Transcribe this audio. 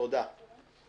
תודה, גברתי.